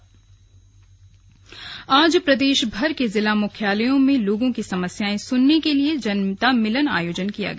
slug जनता मिलन आज प्रदेशभर के जिला मुख्यालयों में लोगों की समस्याएं सुनने के लिए जनता मिलन आयोजन किया गया